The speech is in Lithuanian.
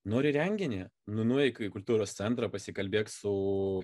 nori renginį nu nueik į kultūros centrą pasikalbėk su